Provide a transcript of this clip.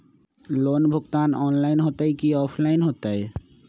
Loan भुगतान online होतई कि ऑफलाइन होतई?